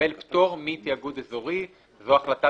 לקבל פטור מתיאגוד אזורי - זו החלטה